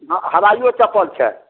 हाँ हवाइयो चप्पल छै